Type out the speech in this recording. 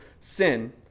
sin